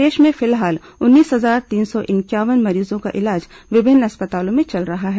प्रदेश में फिलहाल उन्नीस हजार तीन सौ इंक्यावन मरीजों का इलाज विभिन्न अस्पतालों में चल रहा है